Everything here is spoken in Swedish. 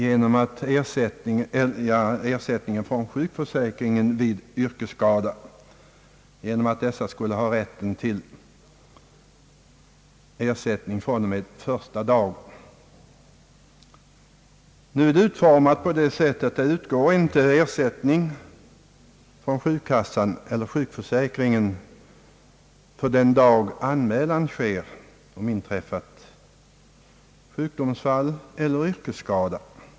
De som drabbas av yrkesskada skulle enligt motionen få rätt till ersättning från och med första dagen. Enligt nu gällande bestämmelser utgår ingen ersättning från sjukförsäkringen för den dag anmälan sker om inträffat sjukdomsfall eller yrkesskada.